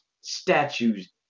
statues